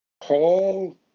Paul